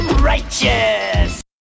Righteous